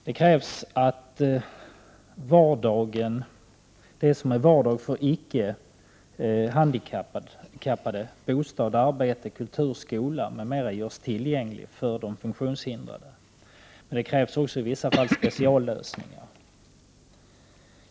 Det krävs att det som är vardag för icke handikappade — bostad, arbete, kultur, skola m.m. — görs tillgängligt för de funktionshindrade. Det krävs också i vissa fall speciallösningar.